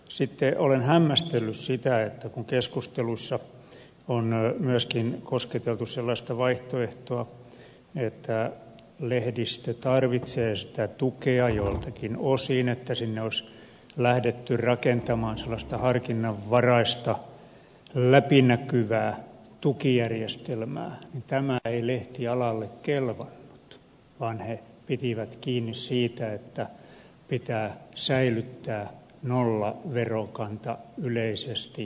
sitten olen hämmästellyt sitä kun keskustelussa on myöskin kosketeltu sellaista vaihtoehtoa että kun lehdistö tarvitsee sitä tukea joiltakin osin niin sinne olisi lähdetty rakentamaan harkinnanvaraista läpinäkyvää tukijärjestelmää että tämä ei lehtialalle kelvannut vaan he pitivät kiinni siitä että pitää säilyttää nollaverokanta yleisesti kaikilla